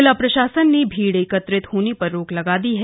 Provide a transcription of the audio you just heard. जिला प्रशासन ने भीड एकत्रित होने पर रोक लगा दी है